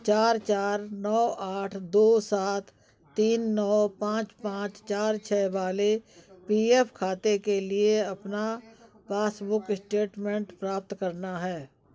चार चार नौ आठ दो सात तीन नौ पाँच पाँच चार छै वाले पी एफ़ खाते के लिए अपना पासबुक स्टेटमेंट प्राप्त करना है